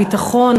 הביטחון,